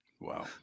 Wow